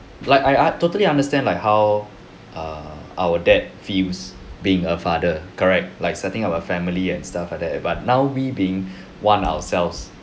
like I I totally understand like how err our dad feels being a father correct like setting up a family and stuff like that but now we being [one] ourselves